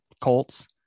Colts